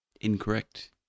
Incorrect